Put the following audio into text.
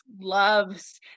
loves